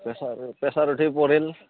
pressure pressure উঠি পৰিল